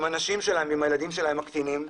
הנשים שלהם, עם הילדים הקטינים שלהם,